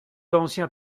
d’ancien